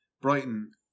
Brighton